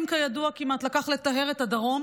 כידוע, כמעט שלושה ימים לקח לטהר את הדרום